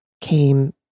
came